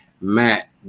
matt